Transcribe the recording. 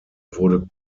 wurde